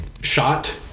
shot